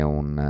un